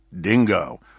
dingo